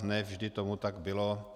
Ne vždy tomu tak bylo.